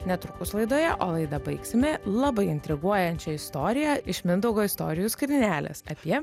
netrukus laidoje o laidą baigsime labai intriguojančia istorija iš mindaugo istorijų skrynelės apie